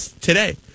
today